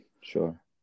Sure